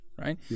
right